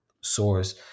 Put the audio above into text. SOURCE